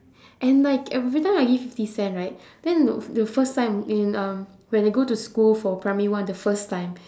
and like every time I give fifty cents right then uh th~ the first time in um when I go to school for primary one the first time